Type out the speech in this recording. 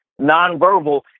nonverbal